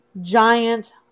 giant